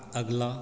अगला